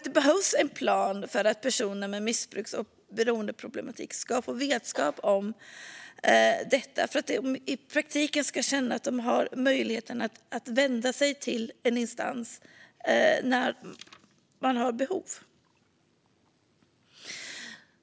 Det behövs en plan för att personer med missbruks och beroendeproblematik ska få vetskap om detta för att de i praktiken ska känna att det de har möjlighet att vända sig till en instans när de har behov.